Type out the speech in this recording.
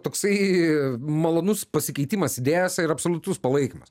toksai malonus pasikeitimas idėjose ir absoliutus palaikymas